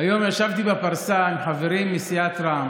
היום ישבתי בפרסה עם חברים מסיעת רע"מ,